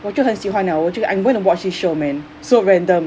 我就很喜欢 liao 我就 I'm going to watch the show man so random